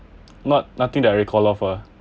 not nothing that I recall of ah